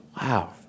Wow